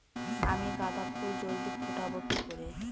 আমি গাঁদা ফুল জলদি ফোটাবো কি করে?